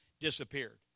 disappeared